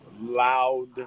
loud